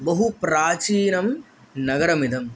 बहुप्राचीनं नगरमिदम्